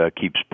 keeps